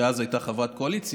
שאז הייתה חברת קואליציה,